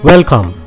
Welcome